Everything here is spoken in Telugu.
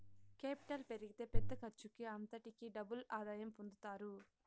కేపిటల్ పెరిగితే పెద్ద ఖర్చుకి అంతటికీ డబుల్ ఆదాయం పొందుతారు